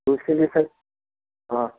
इसके लिए सर हाँ